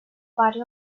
body